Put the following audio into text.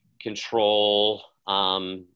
control